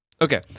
Okay